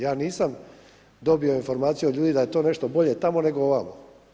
Ja nisam dobio informaciju od ljudi da je to nešto bolje tamo, nego ovamo.